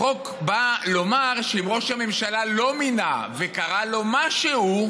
החוק בא לומר שאם ראש הממשלה לא מינה וקרה לו משהו,